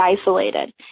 isolated